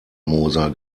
moser